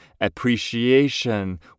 appreciation